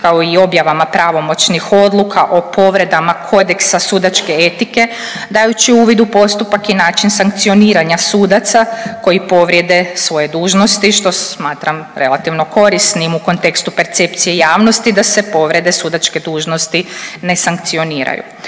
kao i objavama pravomoćnih odluka o povredama kodeksa sudačke etike dajući uvid u postupak i način sankcioniranja sudaca koji povrijede svoje dužnosti što smatram relativno korisnim u kontekstu percepcije javnosti da se povrede sudačke dužnosti ne sankcioniraju.